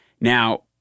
Now